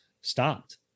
stopped